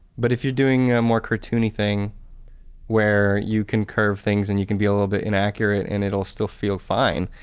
but if you're doing a more cartoony thing where you can curve things and you can be a little bit inaccurate and it'll still feel fine,